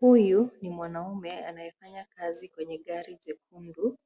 Huyu ni mwanaume anayefanya kazi kwenye gari jekundu.